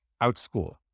OutSchool